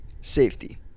safety